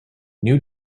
new